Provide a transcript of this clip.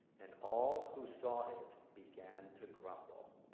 and all who saw it began to grumble.